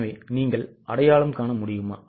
எனவே நீங்கள் அடையாளம் காண முடியுமா